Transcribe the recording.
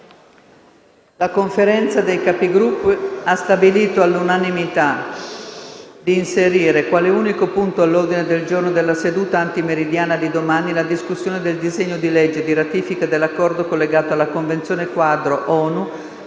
La Conferenza dei Capigruppo ha stabilito all'unanimità di inserire quale unico punto all'ordine del giorno della seduta antimeridiana di domani la discussione del disegno di legge di ratifica dell'Accordo collegato alla Convenzione quadro ONU